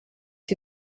sie